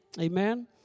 Amen